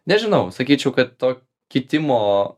nežinau sakyčiau kad to kitimo